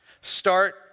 Start